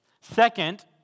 Second